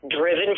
driven